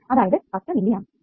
അതായത് 10 മില്ലിയാമ്പ്സ്